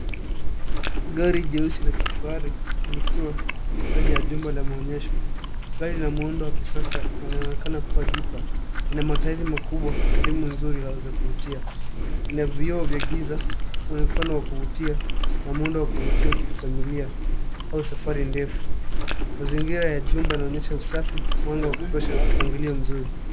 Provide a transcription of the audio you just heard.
Gari jeusi la kifahari, likiwa ndani ya jumba la maonyesho. Gari lina muundo wa kisasa na linaonekana kuwa jipya. Ina matairi makubwa na rimu nzuri ya kizungutia. Ina vioo vya giza mwonekano wa kuvutia na muundo wa kuvutia ya kifamilia kwa safari ndefu. Mazingira ya jumba inaonyesha usafi mwanga wa kutosha mpangilio mzuri.